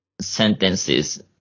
sentences